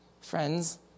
friends